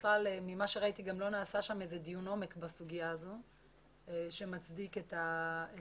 ממה שראיתי גם לא נעשה איזה דיון עומק בסוגיה הזאת שמצדיק את העניין.